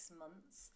months